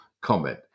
comment